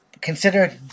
consider